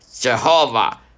Jehovah